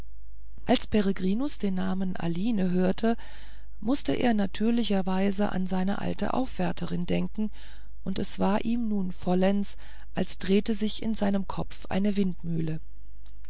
als peregrinus den namen aline hörte mußte er natürlicherweise an seine alte aufwärterin denken und es war ihm nun vollends als drehe sich in seinem kopfe eine windmühle